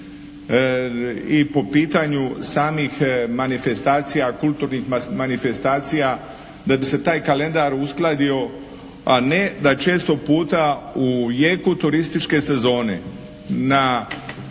i po pitanju samih manifestacija, kulturnih manifestacija da bi se taj kalendar uskladio, a ne da često puta u jeku turističke sezone u